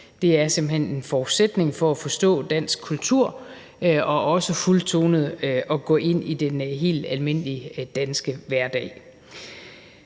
Det er simpelt hen en forudsætning for at forstå dansk kultur og fuldtonet gå ind i den helt almindelige danske hverdag.